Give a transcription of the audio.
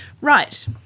right